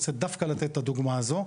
רוצה דווקא לתת את הדוגמה הזאת.